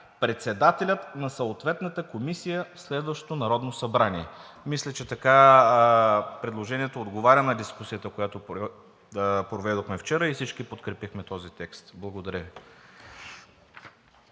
„председателят на съответната комисия в следващото Народно събрание“. Мисля, че така предложението отговаря на дискусията, която проведохме вчера, и всички подкрепихме този текст. Благодаря Ви.